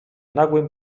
nagłym